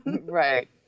Right